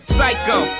Psycho